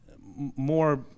more